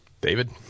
david